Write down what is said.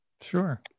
Sure